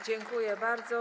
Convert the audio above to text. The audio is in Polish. Dziękuję bardzo.